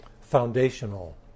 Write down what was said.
foundational